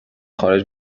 خارج